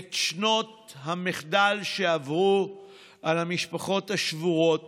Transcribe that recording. את שנות המחדל שעברו על המשפחות השבורות